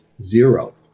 zero